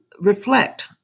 reflect